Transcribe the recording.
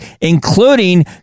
including